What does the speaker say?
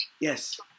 Yes